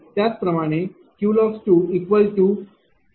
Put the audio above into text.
त्याचप्रमाणे QLoss2x×P2Q2। V।20